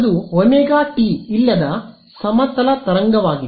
ಅದು omega t ಇಲ್ಲದ ಸಮತಲ ತರಂಗವಾಗಿದೆ